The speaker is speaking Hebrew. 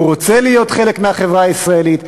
הוא רוצה להיות חלק מהחברה הישראלית.